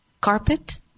carpet